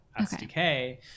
SDK